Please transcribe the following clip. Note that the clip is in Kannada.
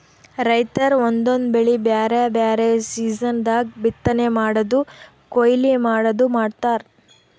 ರೈತರ್ ಒಂದೊಂದ್ ಬೆಳಿ ಬ್ಯಾರೆ ಬ್ಯಾರೆ ಸೀಸನ್ ದಾಗ್ ಬಿತ್ತನೆ ಮಾಡದು ಕೊಯ್ಲಿ ಮಾಡದು ಮಾಡ್ತಾರ್